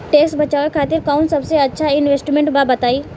Tax बचावे खातिर कऊन सबसे अच्छा इन्वेस्टमेंट बा बताई?